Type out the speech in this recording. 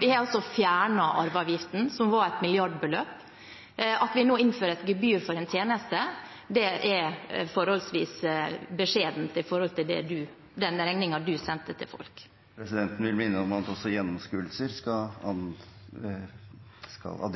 Vi har altså fjernet arveavgiften, som utgjorde et milliardbeløp. At vi nå innfører et gebyr for en tjeneste, er forholdsvis beskjedent i forhold til den regningen du sendte til folk. Presidenten vil minne om at også gjennomskuelser skal gå